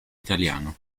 italiano